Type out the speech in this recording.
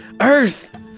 Earth